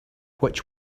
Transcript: which